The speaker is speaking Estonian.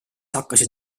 hakkasid